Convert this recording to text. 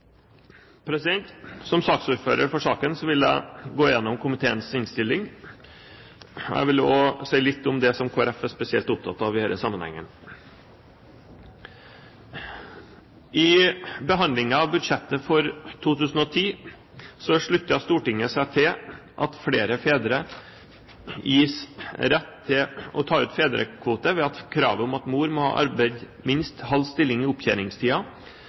vedtatt. Som saksordfører vil jeg gå igjennom komiteens innstilling, og jeg vil også si litt om det som Kristelig Folkeparti er spesielt opptatt av i denne sammenhengen. Under behandlingen av budsjettet for 2010 sluttet Stortinget seg til å gi flere fedre rett til å ta ut fedrekvote ved at kravet om at mor må ha arbeidet minst halv stilling i